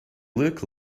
look